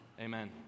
Amen